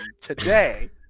today